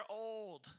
old